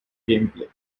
gameplay